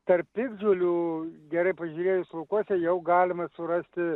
tarp piktžolių gerai pažiūrėjus laukuose jau galima surasti